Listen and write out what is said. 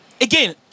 again